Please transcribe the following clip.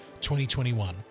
2021